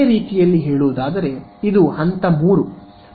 ಬೇರೆ ರೀತಿಯಲ್ಲಿ ಹೇಳುವುದಾದರೆ ಇದು ಹಂತ 3